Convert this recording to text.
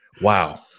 wow